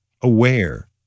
aware